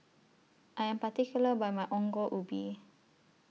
I Am particular about My Ongol Ubi